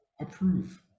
approve